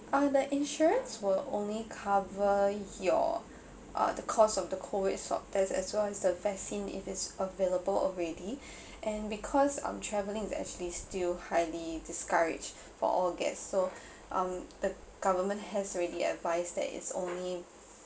oh the insurance will only cover your uh the cost of the COVID swab test as well as the vaccine if it's available already and because um travelling is actually still highly discouraged for all guests so um the government has already advice that it's only